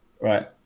Right